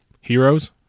Heroes